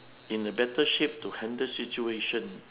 in a better shape to handle situation